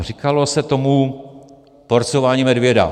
Říkalo se tomu porcování medvěda.